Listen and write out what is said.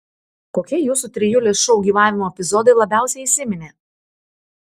kokie jūsų trijulės šou gyvavimo epizodai labiausiai įsiminė